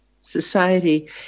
society